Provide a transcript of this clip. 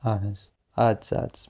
اَہن حظ اَدسا اَدسا